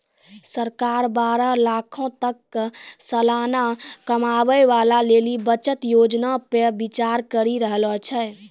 सरकार बारह लाखो तक के सलाना कमाबै बाला लेली बचत योजना पे विचार करि रहलो छै